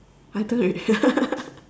I turn already